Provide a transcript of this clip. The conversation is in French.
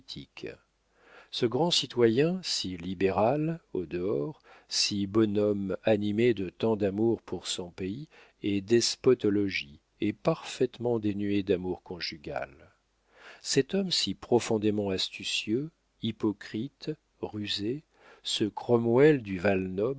ce grand citoyen si libéral au dehors si bonhomme animé de tant d'amour pour son pays est despote au logis et parfaitement dénué d'amour conjugal cet homme si profondément astucieux hypocrite rusé ce cromwell du